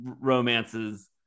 romances